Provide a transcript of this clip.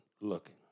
looking